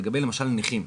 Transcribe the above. למשל, לגבי נכים.